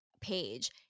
page